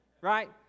Right